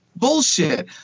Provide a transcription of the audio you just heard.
Bullshit